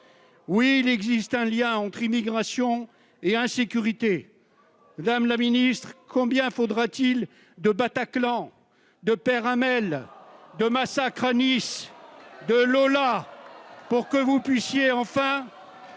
Oui, il existe un lien entre immigration et insécurité. Madame la ministre, combien faudra-t-il de Bataclan, de père Hamel, de massacres à Nice, de Lola, pour que vous preniez enfin